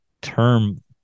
term